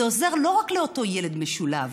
זה עוזר לא רק לאותו ילד משולב,